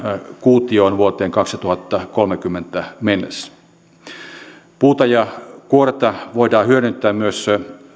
kuutiota vuoteen kaksituhattakolmekymmentä mennessä puuta ja kuorta voidaan hyödyntää myös